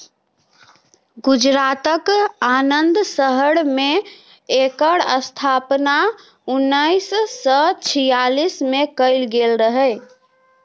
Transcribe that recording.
गुजरातक आणंद शहर मे एकर स्थापना उन्नैस सय छियालीस मे कएल गेल रहय